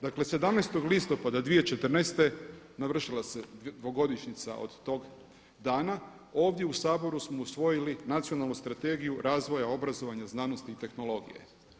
Dakle, 17. listopada 2014. navršila se 2-godišnjica od tog dana, ovdje u Saboru smo usvojili Nacionalnu strategiju razvoja, obrazovanja, znanosti i tehnologije.